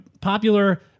popular